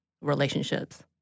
relationships